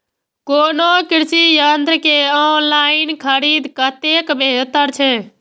कोनो कृषि यंत्र के ऑनलाइन खरीद कतेक बेहतर छै?